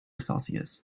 celsius